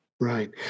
Right